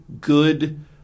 good